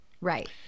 Right